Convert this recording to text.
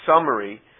summary